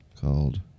called